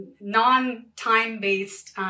non-time-based